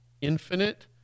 infinite